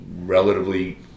relatively